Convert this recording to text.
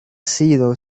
sido